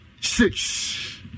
six